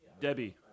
Debbie